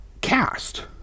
cast